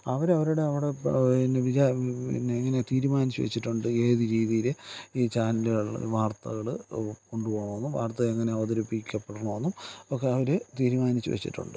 അവർ അവരുടെ അവിടെ പിന്നെ വിചാ ഇങ്ങനെ തീരുമാനിച്ച് വെച്ചിട്ടുണ്ട് ഏത് രീതിയിൽ ഈ ചാനലുകൾ വാർത്തകൾ കൊണ്ടുപോവണമെന്ന് വാർത്ത എങ്ങനെ അവതരിപ്പിക്കപ്പെടണമെന്നും ഒക്കെ അവർ തീരുമാനിച്ച് വെച്ചിട്ടുണ്ട്